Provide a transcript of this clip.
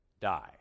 die